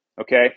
Okay